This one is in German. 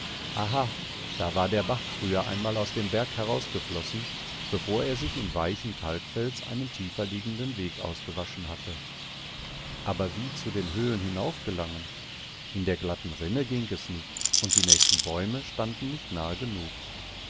da war der bach früher einmal aus dem berg herausgeflossen bevor er sich im weichen kalkfels einen tieferliegenden weg ausgewaschen hatte aber wie zu den höhlen hinaufgelangen in der glatten rinne ging es nicht und die nächsten bäume standen nicht nahe genug